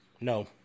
no